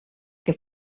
que